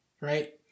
Right